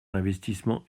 d’investissements